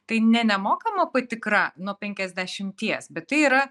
tai ne nemokama patikra nuo penkiasdešimties bet tai yra